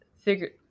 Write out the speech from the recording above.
Figure